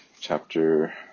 chapter